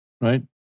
Right